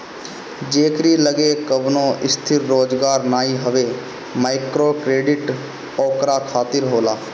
जेकरी लगे कवनो स्थिर रोजगार नाइ हवे माइक्रोक्रेडिट ओकरा खातिर होला